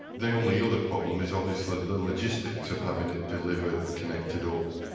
the only other problem is obviously the logistics of having it delivered, connected up,